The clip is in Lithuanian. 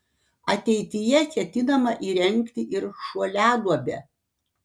ateityje ketinama įrengti ir šuoliaduobę